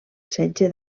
setge